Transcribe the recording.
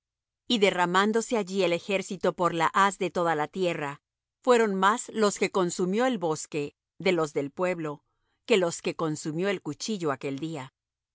y derramándose allí el ejército por la haz de toda la tierra fueron más los que consumió el bosque de los del pueblo que los que consumió el cuchillo aquel día